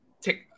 take